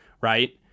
right